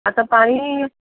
आता पाणी